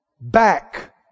Back